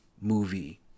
movie